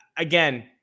Again